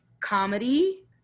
comedy